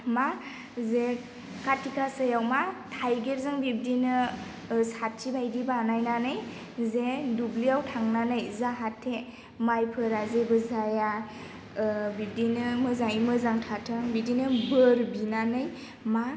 मा जे खाथि गासायाव मा थाइगिरजों बिब्दिनो साथि बादि बानायनानै जे दुब्लियाव थांनानै जाहाथे माइफोरा जेबो जाया बिब्दिनो मोजाङै मोजां थाथों बिदिनो बोर बिनानै मा